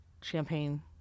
champagne